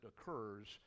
occurs